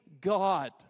God